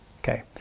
Okay